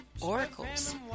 oracles